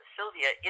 Sylvia